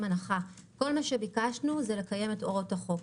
כל מה שביקשנו זה לקיים את הוראות החוק.